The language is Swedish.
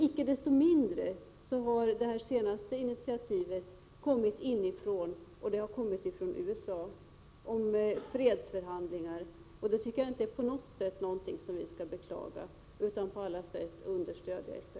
Icke desto mindre har det senaste initiativet om fredsförhandlingar kommit inifrån och från USA, och det är inte något som vi skall beklaga, utan på alla sätt understödja.